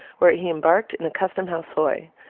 where he embarked in a custom house hoy.